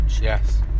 Yes